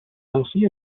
nancy